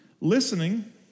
Listening